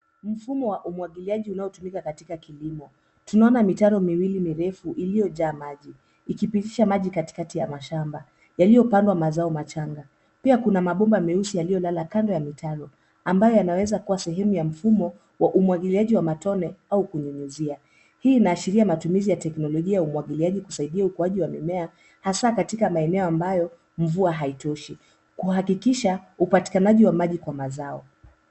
Mfumo wa umwagiliaji unatumika katika kilimo, tunaona mitaro miwili mirefu iliojaa maji, ikipitisha maji katikati ya mashamba yaliopandwa mazao machanga, pia kuna mapomba meusi yaliolala kando ya mitaro ambaye yanaweza kuwa sehemu ya mfumo wa umwagiliaji wa matone au kunyunyisia. Hii inaashiria matumizi ya teknolojia wa umwagiliaji kusaidia ukuaji wa mimea hasa katika maeneo ambayo mvua haitoshi, kuhakikisha upatikanaji wa maji kwa mazao.